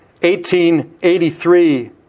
1883